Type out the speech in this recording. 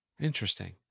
Interesting